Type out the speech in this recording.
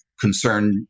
concern